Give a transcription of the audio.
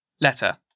Letter